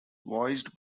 voiced